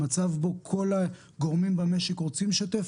המצב בו כל הגורמים במשק רוצים לשתף